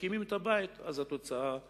וכשמקימים את הבית אז התוצאה היא